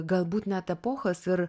galbūt net epochas ir